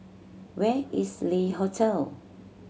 where is Le Hotel